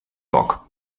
bock